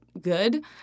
good